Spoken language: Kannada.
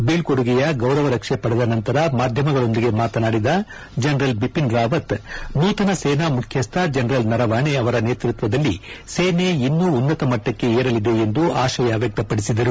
ಬೀಳ್ಕೊಡುಗೆಯ ಗೌರವ ರಕ್ಷೆ ಪಡೆದ ನಂತರ ಮಾಧ್ವಮಗಳೊಂದಿಗೆ ಮಾತನಾಡಿದ ಜನರಲ್ ಬಿಪಿನ್ ರಾವತ್ ನೂತನ ಸೇನಾ ಮುಖ್ಯಸ್ಟ ಜನರಲ್ ನರವಾಣೆ ಅವರ ನೇತೃಕ್ವದಲ್ಲಿ ಸೇನೆ ಇನ್ನು ಉನ್ನತ ಮಟ್ಟಕ್ಕೆ ಏರಲಿದೆ ಎಂದು ಆಶಯ ವ್ಯಕ್ತಪಡಿಸಿದರು